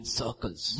circles